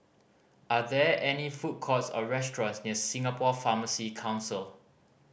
are there any food courts or restaurants near Singapore Pharmacy Council